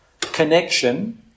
connection